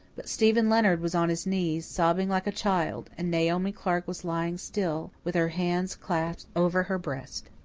but stephen leonard was on his knees, sobbing like a child and naomi clark was lying still, with her hands clasped over her breast.